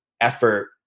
effort